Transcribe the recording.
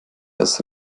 das